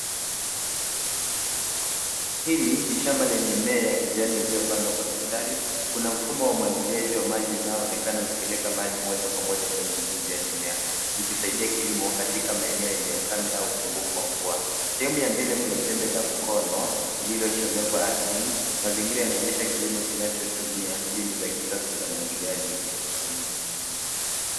Hili ni shamba lenye mimea ya kijani iliyopandwa kwa mistari. Kuna mfumo wa umwagiliaji wa maji unaoonekana ukipeleka maji moja kwa moja kwenye mzizi ya mimea ikisaidia kilimo katika maeneo yenye ukame au upungufu wa mvua. Sehemu ya mbele kuna jembe la mkono lililochomekwa ardhini. Mazingira yanaonyesha kilimo kinachotumia mbinu za kisasa za umwagiliaji kwa ufanisi.